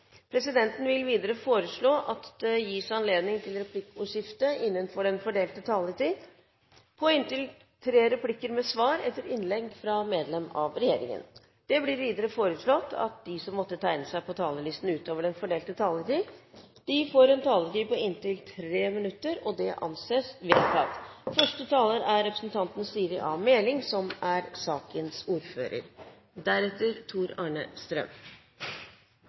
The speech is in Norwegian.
Presidenten vil videre foreslå at det gis anledning til replikkordskifte på inntil tre replikker med svar etter innlegg fra medlem av regjeringen innenfor den fordelte taletid. Videre blir det foreslått at de som måtte tegne seg på talerlisten utover den fordelte taletid, får en taletid på inntil 3 minutter. – Det anses vedtatt. En av hovedutfordringene i petroleumspolitikken fremover er